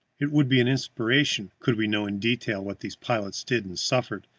it would be an inspiration could we know in detail what these pilots did and suffered,